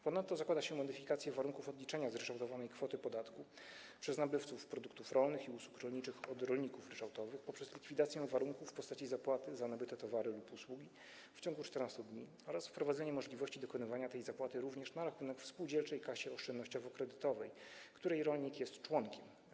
Ponadto zakłada się modyfikację warunków odliczenia zryczałtowanej kwoty podatku przez nabywców produktów rolnych i usług rolniczych od rolników ryczałtowych poprzez likwidację warunku w postaci zapłaty za nabyte towary lub usługi w ciągu 14 dni oraz wprowadzenie możliwości dokonywania tej zapłaty również na rachunek w spółdzielczej kasie oszczędnościowo-kredytowej, której rolnik jest członkiem.